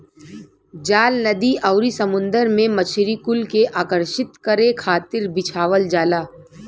जाल नदी आउरी समुंदर में मछरी कुल के आकर्षित करे खातिर बिछावल जाला